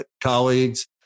colleagues